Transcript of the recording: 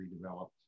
redeveloped